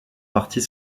partie